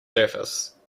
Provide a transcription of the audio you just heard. surface